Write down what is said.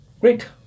Great